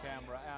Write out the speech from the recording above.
camera